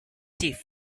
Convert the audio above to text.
chief